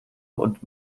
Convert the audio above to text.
und